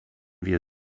wir